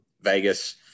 Vegas